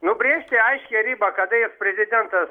nubrėžti aiškią ribą kada jis prezidentas